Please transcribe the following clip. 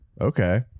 okay